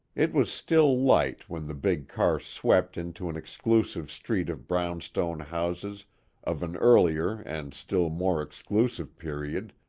it was still light when the big car swept into an exclusive street of brownstone houses of an earlier and still more exclusive period,